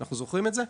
אנחנו זוכרים את זה.